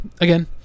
again